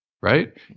right